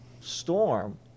storm